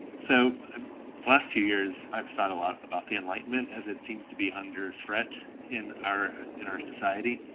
so the last few years, i've thought a lot about the enlightenment, as it seems to be under threat in our in our society.